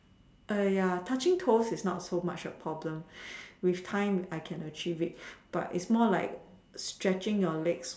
touching toes is not so much a problem with time I can achieve it